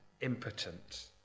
impotent